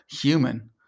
human